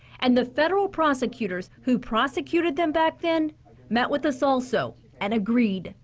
and the federal prosecutors who prosecuted them back then met with us also and agreed.